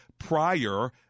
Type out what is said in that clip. Prior